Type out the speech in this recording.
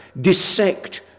Dissect